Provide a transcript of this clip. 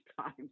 times